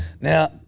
Now